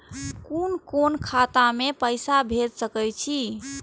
कुन कोण खाता में पैसा भेज सके छी?